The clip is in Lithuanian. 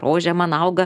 rožė man auga